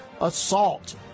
Assault